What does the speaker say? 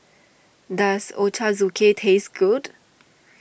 does Ochazuke taste good